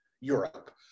Europe